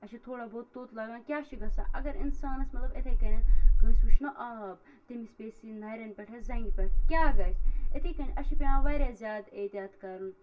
اَسہِ چھُ تھوڑا بہت توٚت لَگان کیاہ چھُ گژھان اَگر اِنسانس مطلب یِتھٕے کَنیتھ کٲنسہِ وٕچھ نہ آب تٔمِس پیٚیہِ سُہ یہِ نَرین پٮ۪ٹھ یا زَنگہِ پٮ۪ٹھ کیاہ گژھِ یِتھٕے کَنۍ اَسہِ چھُ پیوان واریاہ زیادٕ احتِیاط کَرُن